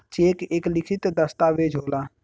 check एक लिखित दस्तावेज होला